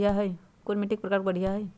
कोन मिट्टी के प्रकार बढ़िया हई?